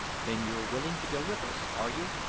then you're willing to go with us, are you?